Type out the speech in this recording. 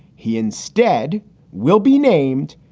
he instead will be named